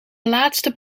laatste